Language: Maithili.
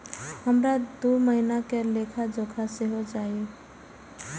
हमरा दूय महीना के लेखा जोखा सेहो चाही